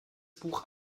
buch